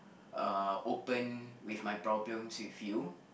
uh open with my problems with you